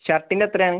ഷർട്ടിൻ്റെ എത്രയാണ്